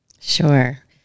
Sure